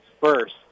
first